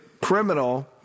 criminal